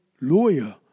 lawyer